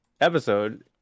episode